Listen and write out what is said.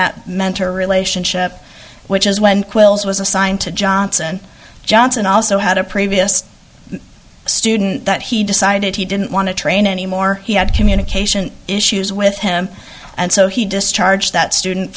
that mentor relationship which is when quills was assigned to johnson johnson also had a previous student that he decided he didn't want to train anymore he had communication issues with him and so he discharged that student